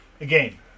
Again